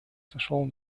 сошел